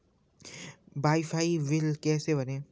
Wi fi का बिल कैसे भरें?